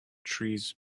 trees